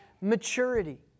maturity